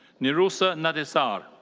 nirusa nadesar.